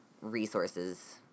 resources